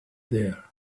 there